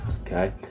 okay